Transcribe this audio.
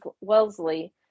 Wellesley